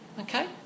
Okay